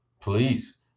please